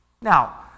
Now